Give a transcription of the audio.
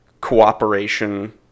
cooperation